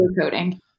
coding